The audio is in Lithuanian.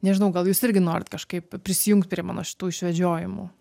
nežinau gal jūs irgi norit kažkaip prisijungt prie mano šitų išvedžiojimų